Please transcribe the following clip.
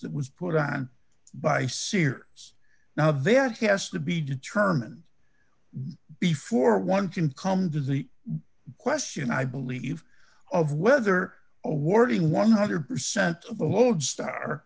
that was put on by sears now there has to be determined before one dollar can come to the question i believe of whether awarding one hundred percent of the lodestar